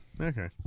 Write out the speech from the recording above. Okay